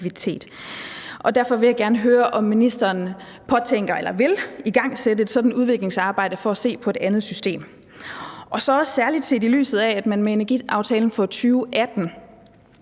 Derfor vil jeg gerne høre, om ministeren påtænker eller vil igangsætte et sådant udviklingsarbejde for at se på et andet system, også særlig set i lyset af at man med energiaftalen fra 2018